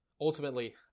ultimately